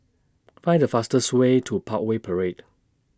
Find The fastest Way to Parkway Parade